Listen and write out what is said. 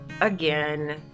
again